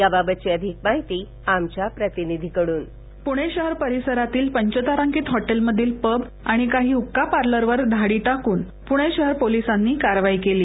याबाबतची अधिक माहिती आमच्या प्रतिनिधीकडून पुणे शहर परिसरातील पंचतारांकित हॉटेलमधील पब आणि काही हुक्का पार्लरवर धाडी टाकून पुणे शहर पोलिसांनी कारवाई केली